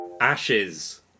Ashes